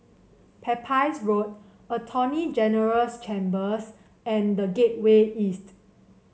Pepys Road Attorney General's Chambers and The Gateway East